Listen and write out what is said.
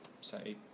say